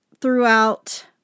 throughout